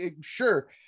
sure